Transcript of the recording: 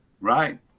Right